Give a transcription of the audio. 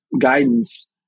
guidance